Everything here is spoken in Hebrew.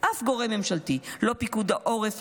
אף גורם ממשלתי: לא פיקוד העורף,